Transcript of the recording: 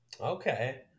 Okay